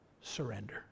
surrender